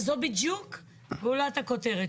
וזו בדיוק גולת הכותרת,